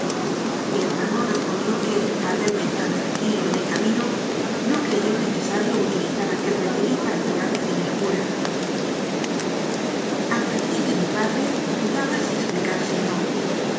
mi hermano respondió que al verme tan tranquilo en el camino no creyó nece sario utilizar aquel remedio para curarme de mi locura advertí que mi padre dudaba si explicarse o no